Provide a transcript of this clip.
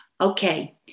Okay